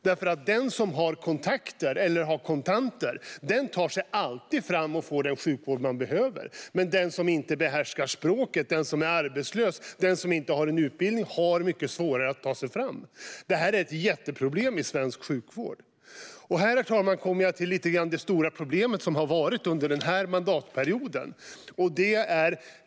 Den som har kontakter eller kontanter tar sig alltid fram och får den sjukvård man behöver. Men den som inte behärskar språket, den som är arbetslös och den som inte har en utbildning har mycket svårare att ta sig fram. Det här är ett jätteproblem i svensk sjukvård. Herr talman! Jag kommer nu till det stora problem som vi har haft under mandatperioden.